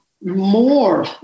more